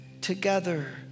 together